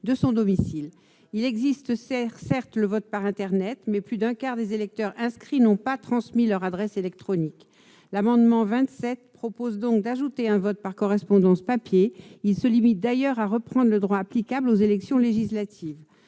de son domicile. Il existe certes le vote par internet, mais plus d'un quart des électeurs inscrits n'a pas transmis son adresse électronique. Les auteurs de l'amendement n° 27 rectifié proposent donc à ajouter la possibilité de voter par correspondance papier. Ils se limitent d'ailleurs à reprendre le droit applicable aux élections législatives.